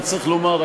וצריך לומר,